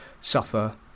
suffer